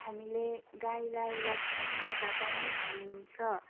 हामीले गाईलाई लक्ष्मी माता पनि भनिन्छ